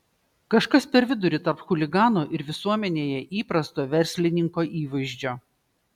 kažkas per vidurį tarp chuligano ir visuomenėje įprasto verslininko įvaizdžio